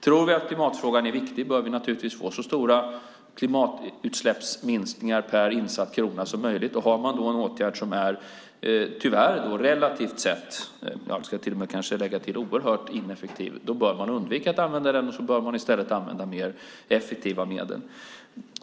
Tror vi att klimatfrågan är viktig bör vi få så stora klimatutsläppsminskningar per insatt krona som möjligt. Har man en åtgärd som är oerhört ineffektiv bör man undvika att använda den och i stället använda mer effektiva medel.